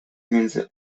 między